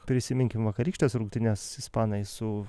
prisiminkim vakarykštes rungtynes ispanai su